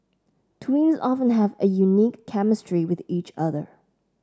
twins often have a unique chemistry with each other